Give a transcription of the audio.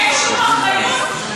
לפייסבוק אין שום אחריות?